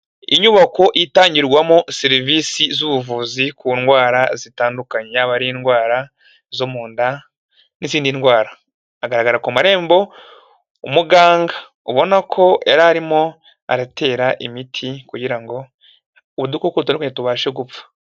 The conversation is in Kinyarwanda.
Inyubako itangirwamo serivisi z'ubuvuzi ku ndwara zitandukanye; yaba ari indwara zo mu nda n'izindi ndwara. Hagaragara ku marembo umuganga ubona ko yarimo aratera imiti kugira ngo udukoko dutandukanye tubashe gupfa.